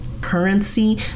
currency